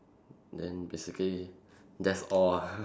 then basically that's all ah